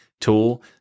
tool